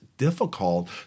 difficult